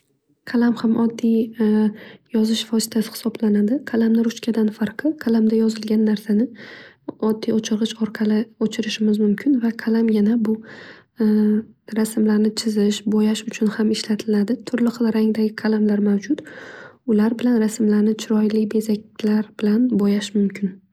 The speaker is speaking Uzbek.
Qalam ham oddiy yozish vositasi hisoblanadi. Qalamning ruchkadan farqi qalamda yozilgan narsani oddiy o'chirg'ich orqali o'chirishimiz mumkin. Va qalam yana bu rasmlarni chizish va bo'yash uchun ishlatiladi. Turli xil rangdagi qalamlar mavjud. Ular bilan rasmlarni chiroyli bezaklar bilan bo'yash mumkin.